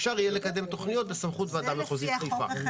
אפשר יהיה לקדם תכניות בסמכות ועדה מחוזית חיפה.